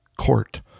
court